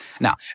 Now